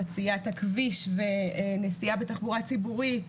חציית הכביש ונסיעה בתחבורה ציבורית,